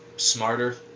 Smarter